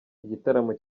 igitaramo